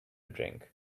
drink